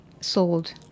sold